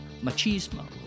machismo